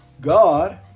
God